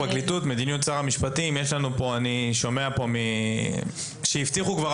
אין לי שליטה על מדיניות הפרקליטות.